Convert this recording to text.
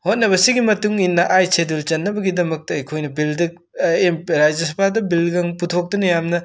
ꯍꯣꯠꯅꯕꯁꯤꯒꯤ ꯃꯇꯨꯡ ꯏꯟꯅ ꯑꯥꯏꯠ ꯁꯦꯜꯗꯨꯜ ꯆꯟꯅꯕꯒꯤꯗꯃꯛꯇ ꯑꯩꯈꯣꯏꯅ ꯕꯤꯜꯗ ꯑꯦꯝ ꯄ ꯔꯥꯖ ꯁꯕꯥꯗ ꯕꯤꯜꯒ ꯌꯥꯝ ꯄꯨꯊꯣꯛꯇꯨꯅ ꯌꯥꯝꯅ